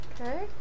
Okay